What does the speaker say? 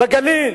בגליל.